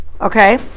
Okay